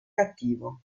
cattivo